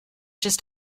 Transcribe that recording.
just